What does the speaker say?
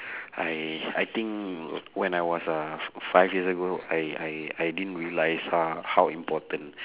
I I think when I was uh f~ five years ago I I I didn't realise h~ how important